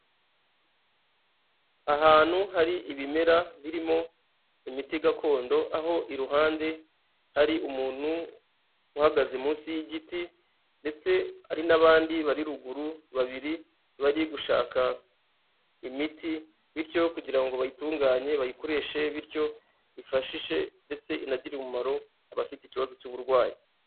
Ahantu hari ibimera, birimo imiti gakondo aho iruhande hari umuntu uhagaze munsi y'igiti ndetse hari n'abandi bari ruguru babiri, bari gushaka imiti bityo kugira ngo bayitunganye, bayikoreshe bityo ifashishe ndetse inagirire umumaro abafite ikibazo cy'uburwayi.